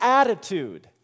attitude